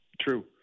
true